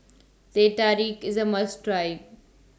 Teh Tarik IS A must Try